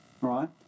right